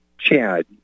Chad